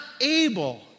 able